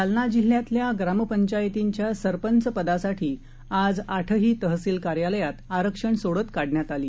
जालनाजिल्ह्यातल्याग्रामपंचायतींच्यासरपंचपदासाठीआजआठहीतहसीलकार्याल यातआरक्षणसोडतकाढण्यातआली